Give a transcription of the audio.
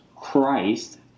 Christ